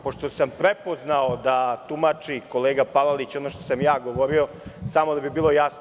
Pošto sam prepoznao da tumači kolega Palalić ono što sam ja govorio, samo da bi bilo jasno.